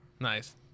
Nice